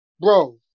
bro